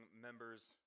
members